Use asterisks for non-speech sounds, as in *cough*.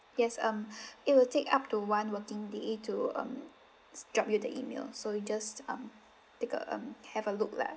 yes um *breath* it will take up to one working day to um drop you the email so you just um take a um have a look lah